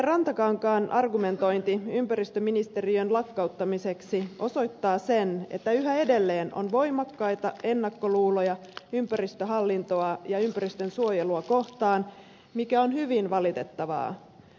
rantakankaan argumentointi ympäristöministeriön lakkauttamiseksi osoittaa sen että yhä edelleen on voimakkaita ennakkoluuloja ympäristöhallintoa ja ympäristönsuojelua kohtaan mikä on hyvin valitettavaa